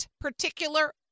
particular